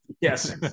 Yes